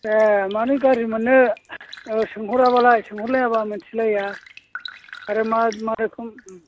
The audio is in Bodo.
ए माने गाज्रि मोननो सोंहराबालाय सोंहरलायाबा मोन्थिलाया आरो मा मा रखम